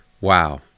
Wow